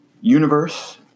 universe